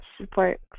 support